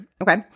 okay